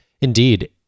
Indeed